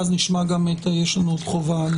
ואז נשמע גם את, יש לנו עוד חובה.